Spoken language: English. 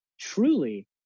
truly